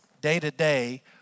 day-to-day